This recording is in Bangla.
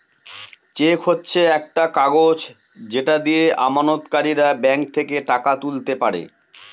চেক হচ্ছে একটা কাগজ যেটা দিয়ে আমানতকারীরা ব্যাঙ্ক থেকে টাকা তুলতে পারে